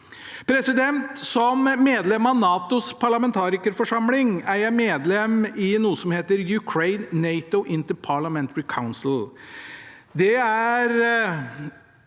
arbeidet. Som medlem av NATOs parlamentarikerforsamling er jeg medlem i noe som heter Ukraine–NATO Interparliamentary Council.